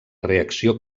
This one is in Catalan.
reacció